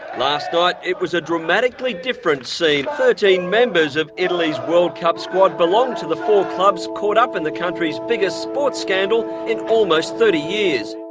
last night, it was a dramatically different scene. thirteen members of italy's world cup squad belong to the four clubs caught up in the country's biggest sports scandal in almost thirty years.